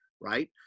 right